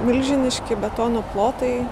milžiniški betono plotai